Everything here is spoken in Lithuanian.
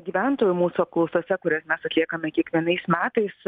gyventojų mūsų apklausose kurias mes atliekame kiekvienais metais